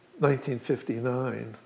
1959